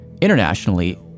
internationally